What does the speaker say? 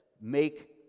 Make